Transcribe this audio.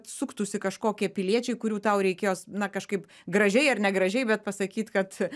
suktųsi kažkokie piliečiai kurių tau reikėjo na kažkaip gražiai ar negražiai bet pasakyt kad